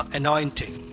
anointing